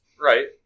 Right